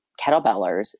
kettlebellers